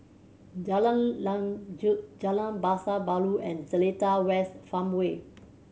Jalan Lanjut Jalan Pasar Baru and Seletar West Farmway